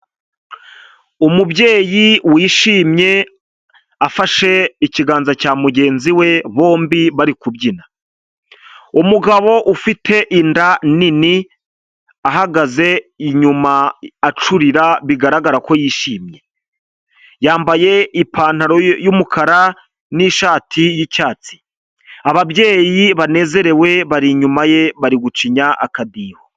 Umubyeyi wishimye afashe ikiganza cya mugenzi we bombi bari kubyina, umugabo ufite inda nini ahagaze inyuma acurira bigaragara ko yishimye, yambaye ipantaro y'umukara n'ishati y'icyatsi, ababyeyi banezerewe bari inyuma ye bari gucinya akadiho.